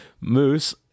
Moose